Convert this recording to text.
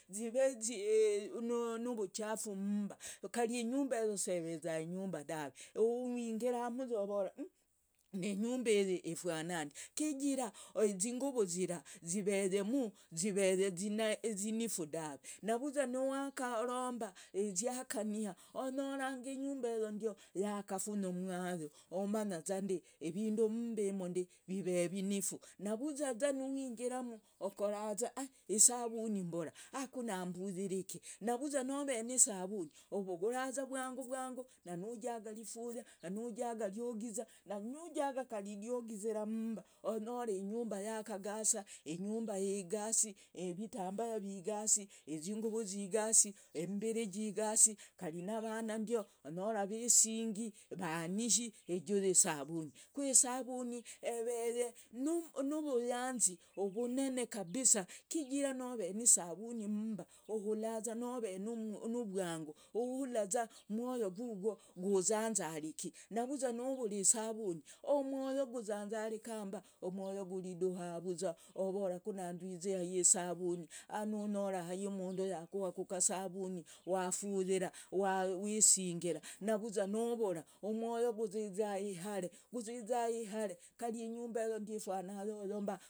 Zive zive nuvuchafu mimba. Kari inyumba eyo seveza inyumba dave. wingirimuza movora mu ninyumba yire ifwananda chigira izinguvu zira ziveyemu ziveye izinifu dave. navuzwa wakaromba ziakania onyoranga inyumba heyo yakafunya umwayo. Umanyazande ivindu mumba yimunde viveye vinifu. navuzwa nuwingiramu okoraza a isabani mbura haku nambuyireke. navuzwa noveye nisavuni uvuguraza vwanguvwangu nanujaga irifuya. nanujaga iriogiza. nujaga kari iriogizira munyumba onyora inyumba yakagasa. inyumba igasi. ivitambaya vigasi, izinguvu zigasi. imbire jigasi. Kari navana ndio onyora visingi vanihi ijuu yesavuni. ku esavuni eveye nuvuyanzi ovonene kabisa chigira noveye nisavuni mumba uhulaza nove nuvwangu, uhulaza umwoyo gugwo gusangarika. navuzwa nuvura isavuni umwoyo kusanzarika mba umwoyo guridua vuza ovoraza kunandize hai isavuni. anonyora hai umundu yakuaku kasavuni wafuyera. waisengera. navuzwa nuvura umwoyo kuziza ihare guziza ihare kari inyumba heyo ifana eyoyo mba.